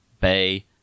bay